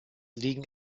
liegen